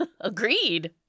Agreed